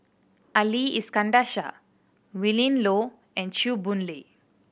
Ali Iskandar Shah Willin Low and Chew Boon Lay